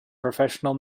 professional